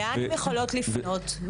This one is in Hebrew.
לאן הן יכולות לפנות?